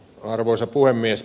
arvoisa puhemies